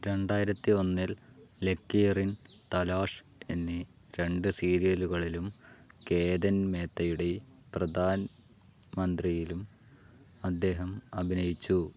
രണ്ടായിരത്തി ഒന്നിൽ ലക്കീറിൻ തലാഷ് എന്നീ രണ്ട് സീരിയലുകളിലും കേതൻ മേത്തയുടെ പ്രധാൻ മന്ത്രിയിലും അദ്ദേഹം അഭിനയിച്ചു